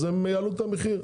אז הם יעלו את המחיר,